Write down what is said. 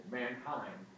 mankind